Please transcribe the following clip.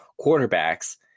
quarterbacks